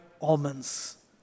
almonds